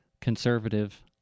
conservative